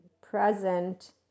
present